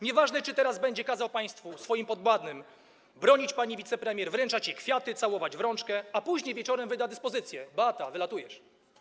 Nieważne, czy teraz będzie kazał państwu, swoim podwładnym bronić pani wicepremier, wręczać jej kwiaty, całować w rączkę, a później wieczorem wyda dyspozycję: Beata, wylatujesz.